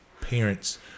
parents –